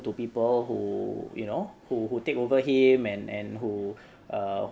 to people who you know who who take over him and and who err